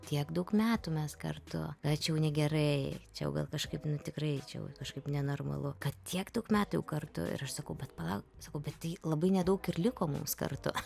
tiek daug metų mes kartu na čia jau negerai čia jau gal kažkaip nu tikrai čia jau kažkaip nenormalu kad tiek daug metų jau kartu ir aš sakau bet palauk sakau bet tai labai nedaug ir liko mums kartu